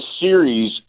series